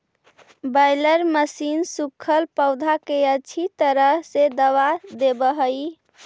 baler machine सूखल पौधा के अच्छी तरह से दबा देवऽ हई